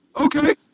Okay